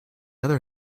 other